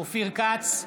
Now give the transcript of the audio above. אופיר כץ,